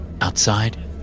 Outside